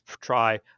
try